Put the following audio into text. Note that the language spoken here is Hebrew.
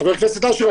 חבר הכנסת אשר,